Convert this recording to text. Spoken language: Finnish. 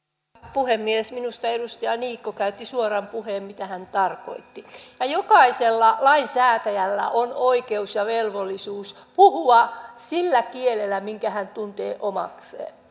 puhemies minusta edustaja niikko käytti suoran puheen mitä hän tarkoitti jokaisella lainsäätäjällä on oikeus ja velvollisuus puhua sillä kielellä minkä tuntee omakseen